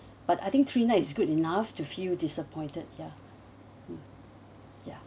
but I think three nights is good enough to feel disappointed ya mm ya